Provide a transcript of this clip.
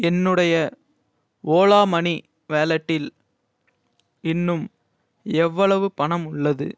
என்னுடைய ஓலா மணி வாலெட்டில் இன்னும் எவ்வளவு பணம் உள்ளது